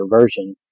version